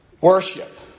worship